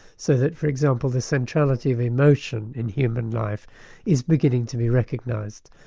so that for example the centrality of emotion in human life is beginning to be recognised.